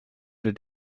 der